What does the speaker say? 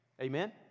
Amen